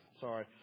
Sorry